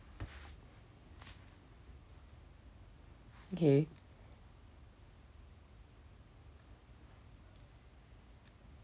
okay